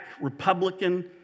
Republican